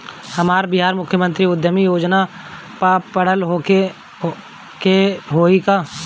हमरा बिहार मुख्यमंत्री उद्यमी योजना ला पढ़ल होखे के होई का?